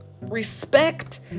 respect